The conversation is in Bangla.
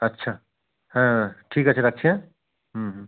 আচ্ছা হ্যাঁ ঠিক আছে রাখছি হ্যাঁ হুম হুম